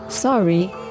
Sorry